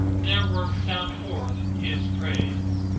their works sound forth his praise.